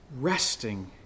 resting